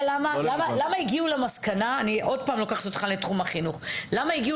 אני לוקחת אותך עוד פעם לתחום החינוך: אתה יודע למה הגיעו